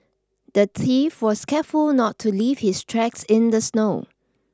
the thief was careful not leave his tracks in the snow